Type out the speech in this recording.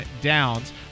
downs